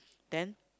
then